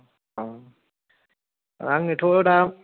औ औ आङो थ' दा